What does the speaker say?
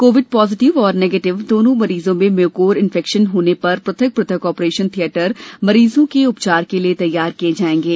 covid positive एवं negative दोनों मरीजों में म्यूकोर इन्फेक्शन होने पर पृथक पृथक ऑपरेशन थियेटर मरीजों के उपचार के लिये तैयार किये जायेंगे